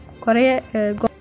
Korea